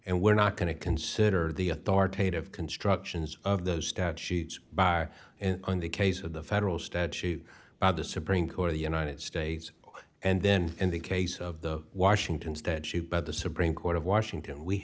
and we're not going to consider the authoritative constructions of those statutes bar on the case of the federal statute by the supreme court of the united states and then in the case of the washington's that sheet by the supreme court of washington we